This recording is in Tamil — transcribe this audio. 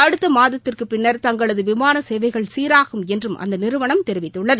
அடுத்த மாதத்திற்குப் பின்னா் தங்களது விமான சேவைகள் சீராகும் என்றும் அந்த நிறுவனம் தெரிவித்துள்ளது